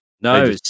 No